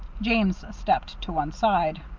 james stepped to one side.